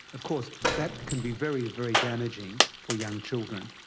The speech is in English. of course, that can be very, very damaging for young children,